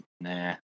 nah